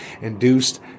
induced